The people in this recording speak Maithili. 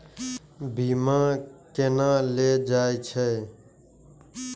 बीमा केना ले जाए छे?